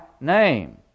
name